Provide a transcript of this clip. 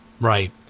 right